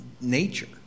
nature